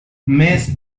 mes